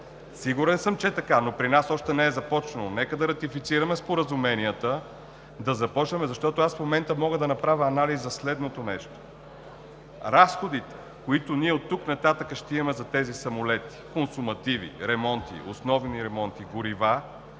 Сигурен съм, че е така, но при нас още не е започнало. Нека да ратифицираме споразуменията, да започваме, защото в момента мога да направя анализ за следното: разходите, които ние оттук нататък ще имаме за тези самолети – консумативи, ремонти, основни ремонти, горива